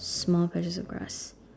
small places of grass